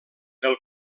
del